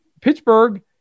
Pittsburgh